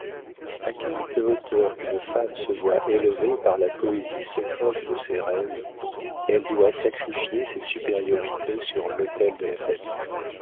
a quelque hauteur qu'une femme se soit élevée par la poésie secrète de ses rêves elle doit sacrifier ses supériorités sur l'autel de la famille